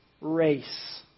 race